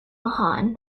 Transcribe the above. mahon